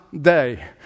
day—